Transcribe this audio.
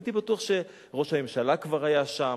אני בטוח שראש הממשלה כבר היה שם,